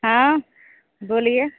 हाँ बोलिये